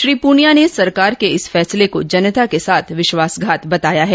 श्री पूनिया ने सरकार के इस फैसले को जनता के साथ विश्वासघात बताया है